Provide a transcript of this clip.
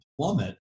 plummet